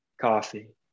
coffee